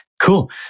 Cool